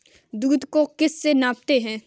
दूध को किस से मापते हैं?